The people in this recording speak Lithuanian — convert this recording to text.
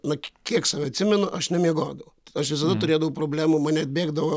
na kiek save atsimenu aš nemiegodavau aš visada turėdavau problemų mane bėgdavo